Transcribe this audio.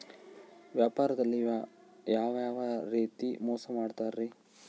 ವ್ಯಾಪಾರದಲ್ಲಿ ಯಾವ್ಯಾವ ರೇತಿ ಮೋಸ ಮಾಡ್ತಾರ್ರಿ?